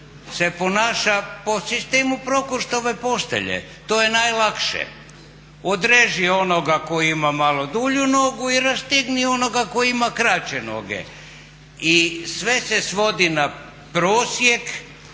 se ponaša po sistemu Prokrustove postelje, to je najlakše. Odreži onoga koji ima malo dulju nogu i rastegni onoga koji ima kraće noge. I sve se svodi na prosjek